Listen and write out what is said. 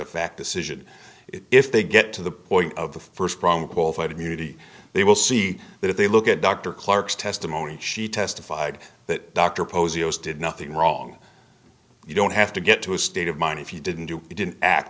of fact decision if they get to the point of the first prong qualified immunity they will see that if they look at dr clarke's testimony she testified that dr posey owes did nothing wrong you don't have to get to a state of mind if you didn't do it didn't act